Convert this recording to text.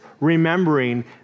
remembering